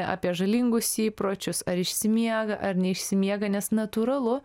apie žalingus įpročius ar išsimiega ar neišsimiega nes natūralu